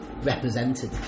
represented